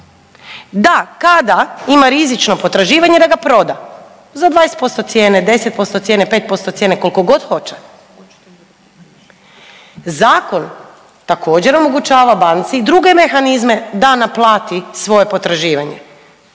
da kada ima rizično potraživanje da ga proda za 20% cijene, 10% cijene, 5% cijene koliko god hoće. Zakon također omogućava banci i druge mehanizme da naplati svoje potraživanje